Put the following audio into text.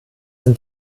sind